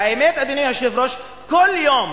והאמת, אדוני היושב-ראש, כל יום